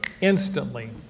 instantly